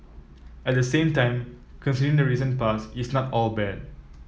at the same time considering the recent past it's not all bad